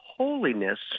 holiness